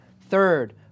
third